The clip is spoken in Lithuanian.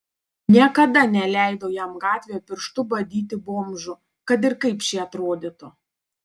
niekada neleidau jam gatvėje pirštu badyti bomžų kad ir kaip šie atrodytų